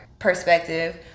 perspective